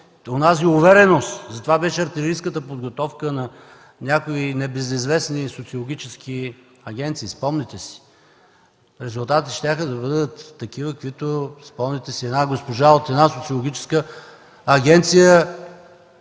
увереност, затова беше артилерийската подготовка на някои небезизвестни социологически агенции. Спомняте си. Резултатите щяха да бъдат такива, каквито, спомняте си, една госпожа от една социологическа агенция